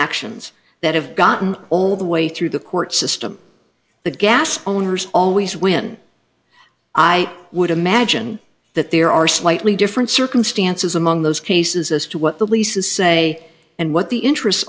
actions that have gotten all the way through the court system the gas owners always win i would imagine that there are slightly different circumstances among those cases as to what the leases say and what the interests